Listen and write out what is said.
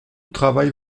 travaille